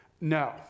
no